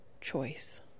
choice